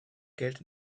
geld